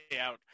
out